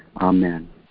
Amen